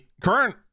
current